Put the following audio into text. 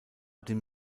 dem